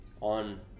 on